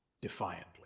defiantly